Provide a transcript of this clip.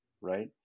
right